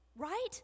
Right